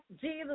Jesus